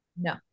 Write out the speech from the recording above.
no